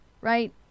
right